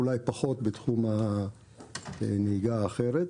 אולי פחות בתחום הנהיגה האחרת,